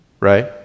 right